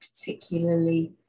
particularly